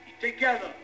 together